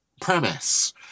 premise